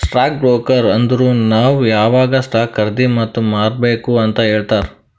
stock broker ಅಂದುರ್ ನಾವ್ ಯಾವಾಗ್ ಸ್ಟಾಕ್ ಖರ್ದಿ ಮತ್ ಮಾರ್ಬೇಕ್ ಅಂತ್ ಹೇಳ್ತಾರ